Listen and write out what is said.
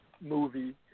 movie